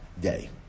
day